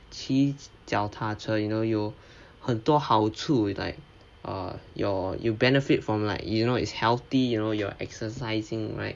骑脚踏车 you know 有很多好处 like err you're you benefit from like you know is healthy you know you're exercising right